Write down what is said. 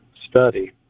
study